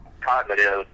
cognitive